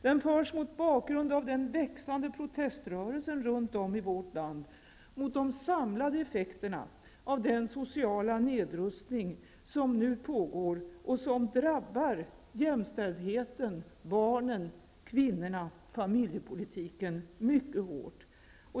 Den förs mot bakgrund av den växande proteströrelsen runt om i vårt land, mot de samlade effekterna av den sociala nedrustning som nu pågår och som drabbar jämställdheten, barnen, kvinnorna och familjepolitiken mycket hårt.